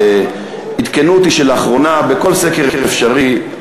עדכנו אותי שלאחרונה בכל סקר אפשרי,